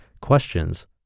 questions